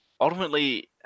Ultimately